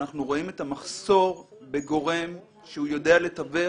אנחנו רואים את המחסור בגורם שהוא יודע לתווך